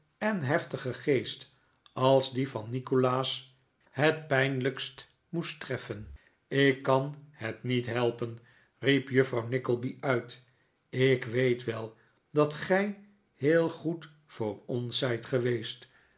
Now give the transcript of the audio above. en heftigen geest als dien van nikolaas het pijnlijkst moesten treffen ik kan het niet helpen riep juffrouw nickleby uit ik weet wel dat gij heel goed voor ons zijt geweest